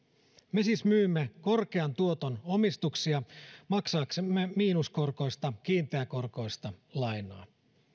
me siis myymme korkean tuoton omistuksia maksaaksemme miinuskorkoista kiinteäkorkoista lainaa